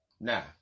Now